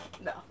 No